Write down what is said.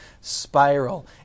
spiral